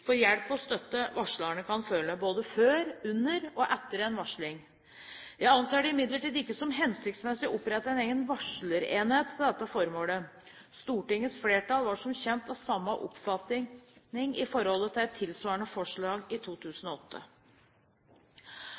for hjelp og støtte varslerne kan føle, både før, under og etter en varsling. Jeg anser det imidlertid ikke som hensiktsmessig å opprette en egen varslerenhet til dette formålet. Stortingets flertall var som kjent av samme oppfatning i forhold til et tilsvarende forslag i 2008.